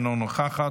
אינה נוכחת,